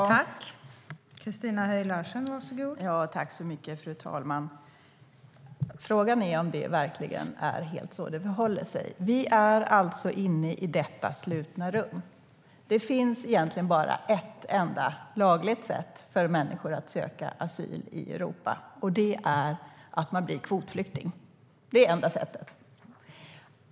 STYLEREF Kantrubrik \* MERGEFORMAT Svar på interpellationerVi är alltså inne i detta slutna rum. Det finns egentligen bara ett enda lagligt sätt för människor att söka asyl i Europa, och det är att bli kvotflykting. Det är enda sättet.